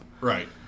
Right